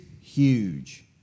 huge